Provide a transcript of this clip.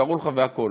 וקראו לך והכול